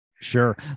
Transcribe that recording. Sure